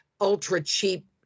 ultra-cheap